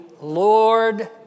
Lord